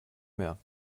mehr